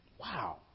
wow